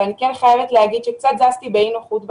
אבל אני כן חייבת להגיד שקצת זזתי באי נוחות בכיסא.